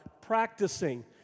practicing